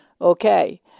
Okay